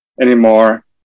anymore